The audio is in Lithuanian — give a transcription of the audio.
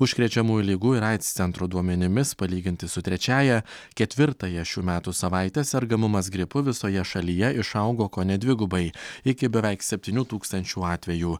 užkrečiamų ligų ir aids centro duomenimis palyginti su trečiąja ketvirtąją šių metų savaitę sergamumas gripu visoje šalyje išaugo kone dvigubai iki beveik septynių tūkstančių atvejų